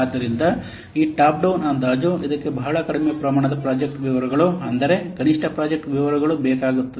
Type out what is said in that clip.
ಆದ್ದರಿಂದ ಈ top down ಅಂದಾಜು ಇದಕ್ಕೆ ಬಹಳ ಕಡಿಮೆ ಪ್ರಮಾಣದ ಪ್ರಾಜೆಕ್ಟ್ ವಿವರಗಳು ಅಂದರೆ ಕನಿಷ್ಠ ಪ್ರಾಜೆಕ್ಟ್ ವಿವರಗಳು ಬೇಕಾಗುತ್ತವೆ